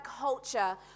culture